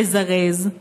לזרז,